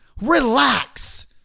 Relax